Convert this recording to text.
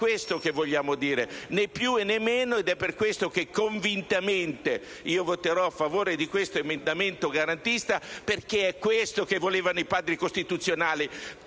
questo che vogliamo dire, né più e né meno. Ed è per questa ragione che convintamente voterò a favore di questo emendamento garantista, perché è questo che volevano i Padri costituzionali.